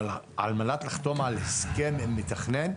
כי על מנת לחתום על הסכם עם מתכנן,